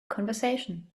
conversation